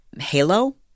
Halo